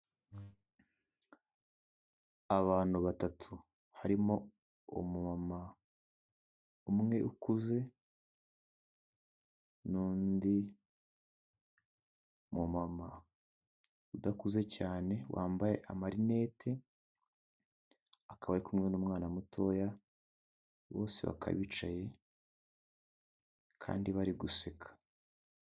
Abantu batatu, harimo umumama umwe ukuze, n'undi mumama udakuze cyane, wambaye amarinete, akaba ari kumwe n'umwana mutoya, bose bakaba bicaye kandi bari guseka.